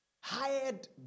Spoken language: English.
hired